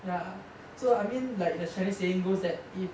ya so I mean like there's a chinese saying goes that if